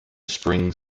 spring